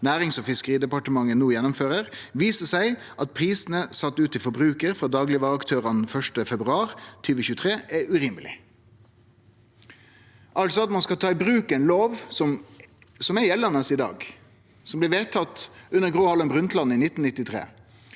Nærings- og fiskeridepartementet nå gjennomfører, viser seg at prisene satt ut til forbruker fra dagligvareaktørene 1. februar 2023, er urimelige.» Ein skal altså ta i bruk ein lov som er gjeldande i dag, vedtatt under Gro Harlem Brundtland i 1993,